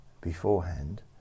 beforehand